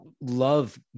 love